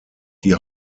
die